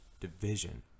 division